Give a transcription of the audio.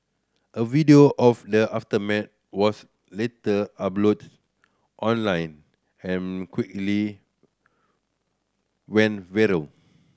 a video of the aftermath was later uploaded online and quickly went viral